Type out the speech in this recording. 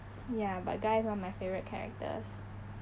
ya but guy is one of my favourite characters